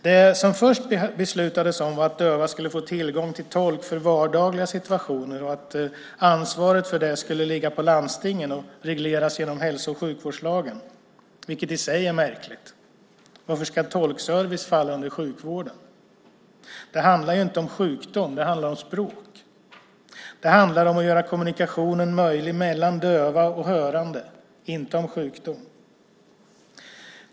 Det som först beslutades var att döva skulle få tillgång till tolk för vardagliga situationer och att ansvaret för det skulle ligga på landstingen och regleras genom hälso och sjukvårdslagen, vilket i sig är märkligt. Varför ska tolkservicen falla under sjukvården? Det handlar inte om sjukdom, utan om språk. Det handlar om att göra kommunikationen möjlig mellan döva och hörande, inte om sjukdom.